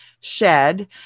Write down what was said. shed